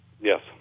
Yes